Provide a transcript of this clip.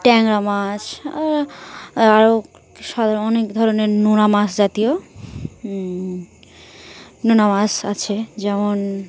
ট্যাংরা মাছ আর আরও সাধারণ অনেক ধরনের নোনা মাছ জাতীয় নোনা মাছ আছে যেমন